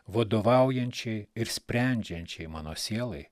vadovaujančiai ir sprendžiančiai mano sielai